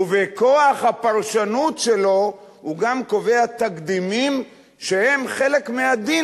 ובכוח הפרשנות שלו הוא גם קובע תקדימים שהם חלק מהדין